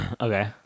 Okay